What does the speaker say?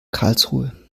karlsruhe